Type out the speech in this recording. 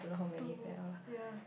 two ya